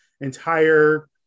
entire